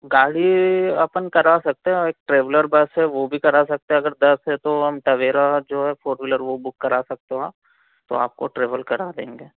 गाड़ी आपन करवा सकते हैं एक ट्रैवलर बस है वह भी करा सकते हैं अगर दस हैं तो हम टवेरा जो है फोर व्हीलर वह बुक करा सकते हो आप तो आपको ट्रेवल करा देंगे